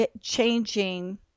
changing